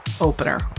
opener